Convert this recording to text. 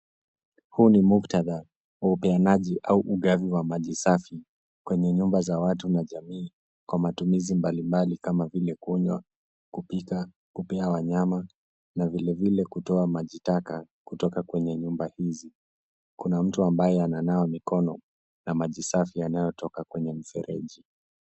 Huu ni muktadha wa ugawanyaji au ugavi wa maji safi kwenye nyumba za watu na jamii, kwa matumizi mbali mbali kama vile: kunywa, kupika, kupea wanyama na vilevile kutoa maji taka kutoka kwenye nyumba hizi. Kuna mtu ambaye ananawa mikono na maji safi yanayotoka kwenye mfereji.